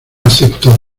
aceptó